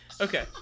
Okay